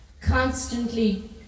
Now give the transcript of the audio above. constantly